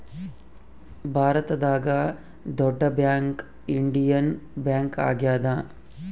ಭಾರತದಾಗ ದೊಡ್ಡ bank Indian bank ಆಗ್ಯಾದ